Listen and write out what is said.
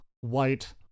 white